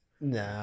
No